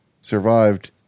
survived